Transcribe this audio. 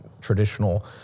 traditional